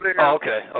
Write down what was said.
Okay